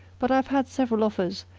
but i've had several offers,